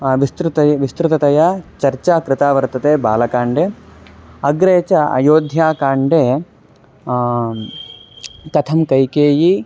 विस्तृत विस्तृततया चर्चा कृता वर्तते बालकाण्डे अग्रे च अयोध्याकाण्डे कथं कैकेयी